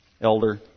elder